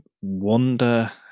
wonder